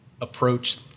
approach